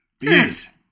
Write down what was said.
Yes